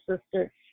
sister